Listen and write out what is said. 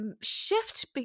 shift